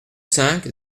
cinq